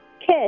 Kiss